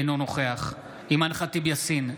אינו נוכח אימאן ח'טיב יאסין,